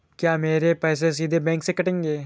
क्या मेरे पैसे सीधे बैंक से कटेंगे?